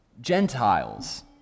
Gentiles